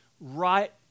right